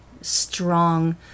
strong